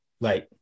right